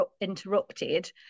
interrupted